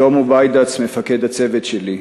שלמה ביידץ, מפקד הצוות שלי,